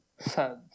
sad